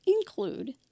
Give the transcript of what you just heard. include